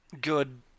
good